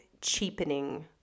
cheapening